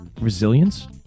Resilience